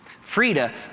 Frida